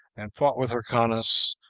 and fought with hyrcanus,